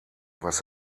was